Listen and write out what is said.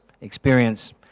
experience